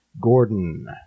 Gordon